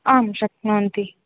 आं शक्नुवन्ति